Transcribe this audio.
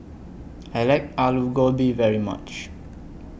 I like Alu Gobi very much